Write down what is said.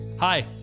Hi